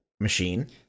machine